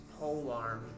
polearm